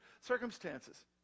circumstances